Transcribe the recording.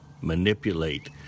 manipulate